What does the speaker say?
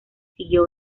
siguió